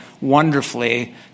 wonderfully